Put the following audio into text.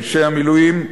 אנשי המילואים,